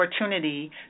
opportunity